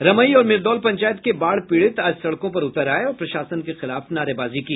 रमई और मिरदौल पंचायत के बाढ़ पीड़ित आज सड़कों पर उतर आये और प्रशासन के खिलाफ नारेबाजी की